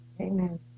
Amen